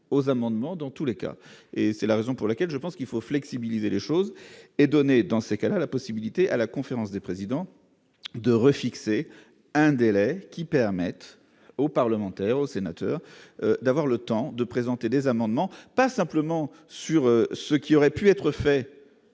aux amendements dans tous les cas, et c'est la raison pour laquelle je pense qu'il faut flexibiliser les choses et donné dans ces cas-là, la possibilité à la conférence des présidents de refixer un délai qui permettent aux parlementaires, aux sénateurs d'avoir le temps de présenter des amendements, pas simplement sur ce qui aurait pu être fait